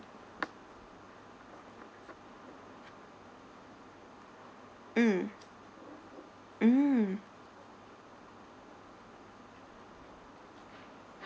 mm mm